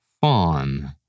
fawn